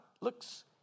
looks